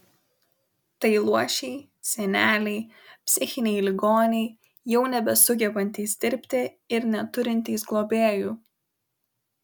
tai luošiai seneliai psichiniai ligoniai jau nebesugebantys dirbti ir neturintys globėjų